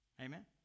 Amen